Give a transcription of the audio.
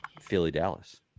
Philly-Dallas